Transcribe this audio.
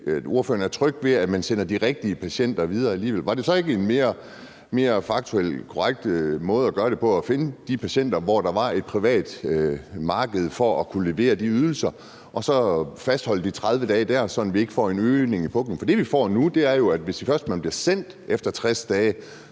at ordføreren er tryg ved, at man sender de rigtige patienter videre alligevel. Var det så ikke en faktuelt mere korrekt måde at gøre det på at finde de patienter, som der var et privat marked for at kunne levere de ydelser til, og så fastholde de 30 dage dér, sådan at vi ikke får en øgning i puklen? For det, vi får nu, er jo, at man, hvis man først bliver sendt videre efter 60 dage,